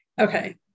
Okay